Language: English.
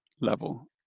level